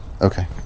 Okay